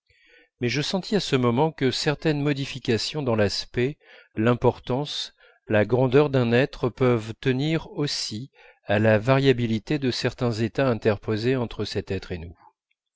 mais je sentis à ce moment que certaines modifications dans l'aspect l'importance la grandeur d'un être peuvent tenir aussi à la variabilité de certains états interposés entre cet être et nous